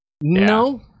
No